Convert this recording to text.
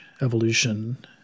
evolution